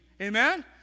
Amen